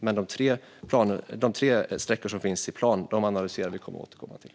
Men de tre sträckor som finns i plan analyserar vi och kommer att återkomma till.